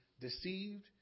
deceived